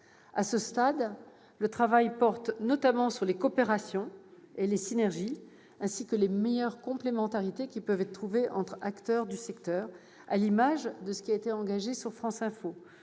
À ce stade, le travail porte notamment sur les coopérations et les synergies, ainsi que sur les meilleures complémentarités qui peuvent être trouvées entre les acteurs du secteur, à l'image de ce qui a été engagé avec France Info.